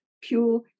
pure